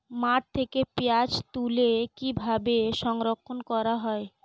মাঠ থেকে পেঁয়াজ তুলে কিভাবে সংরক্ষণ করা হয়?